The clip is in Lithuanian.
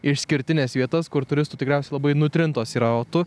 išskirtines vietas kur turistų tikriausiai labai nutrintos yra o tu